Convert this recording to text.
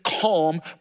calm